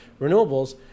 renewables